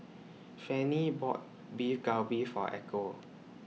Fanny bought Beef Galbi For Echo